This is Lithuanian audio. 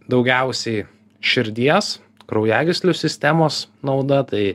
daugiausiai širdies kraujagyslių sistemos nauda tai